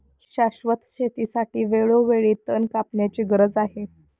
शाश्वत शेतीसाठी वेळोवेळी तण कापण्याची गरज आहे